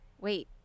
wait